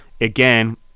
again